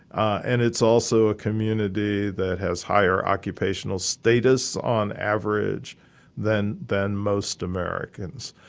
and it's also a community that has higher occupational status on average than than most americans.